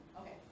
Okay